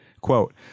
Quote